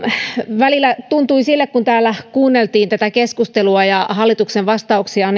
välillä tuntui kun täällä kuunneltiin tätä keskustelua ja hallituksen vastauksia